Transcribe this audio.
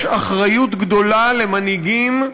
יש אחריות גדולה למנהיגים.